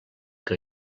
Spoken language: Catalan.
que